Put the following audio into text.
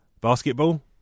basketball